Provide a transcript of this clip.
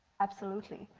absolutely.